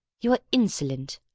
you are insolent!